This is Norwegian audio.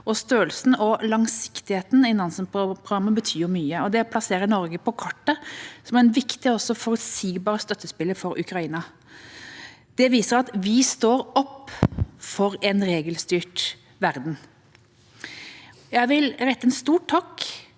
Størrelsen og langsiktigheten i Nansen-programmet betyr mye, og det plasserer Norge på kartet som en viktig og også forutsigbar støttespiller for Ukraina. Det viser at vi står opp for en regelstyrt verden. Jeg vil rette en stor takk